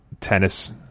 tennis